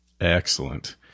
Excellent